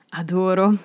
adoro